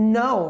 no